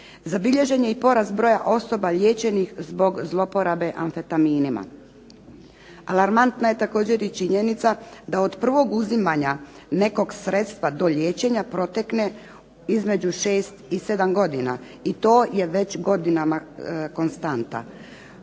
Zabilježen je porast broja liječenih zbog zloporabe amfetaminima. Alarmantna je također i činjenica da od prvog uzimanja nekog sredstva do liječenja protekne između 6 i 7 godina. I to je već godinama konstanta.